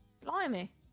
blimey